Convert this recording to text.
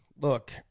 Look